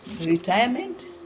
Retirement